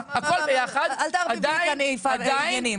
הכל ביחד -- אל תערבי כאן את העניינים,